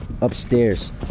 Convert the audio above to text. upstairs